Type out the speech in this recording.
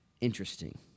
Interesting